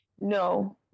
No